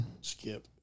Skip